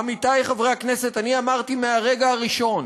עמיתי חברי הכנסת, אני אמרתי מהרגע הראשון